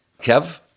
Kev